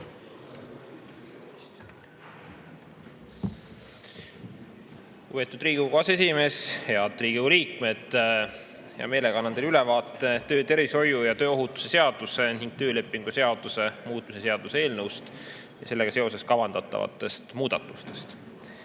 Lugupeetud Riigikogu aseesimees! Head Riigikogu liikmed! Hea meelega annan teile ülevaate töötervishoiu ja tööohutuse seaduse ning töölepingu seaduse muutmise seaduse eelnõust ja sellega seoses kavandatavatest muudatustest.